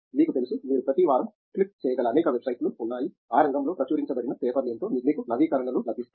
మీకు తెలుసు మీరు ప్రతి వారం క్లిక్ చేయగల అనేక వెబ్సైట్లు ఉన్నాయి ఆ రంగంలో ప్రచురించబడిన పేపర్లు ఏమిటో మీకు నవీకరణలు లభిస్తాయి